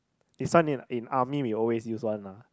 this one in in army we always use one lah